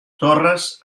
torres